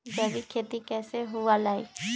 जैविक खेती कैसे हुआ लाई?